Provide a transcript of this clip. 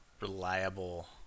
reliable